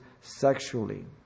sexually